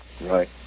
Right